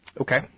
Okay